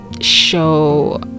show